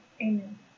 Amen